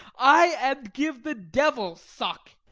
ay, and give the devil suck.